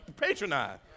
patronize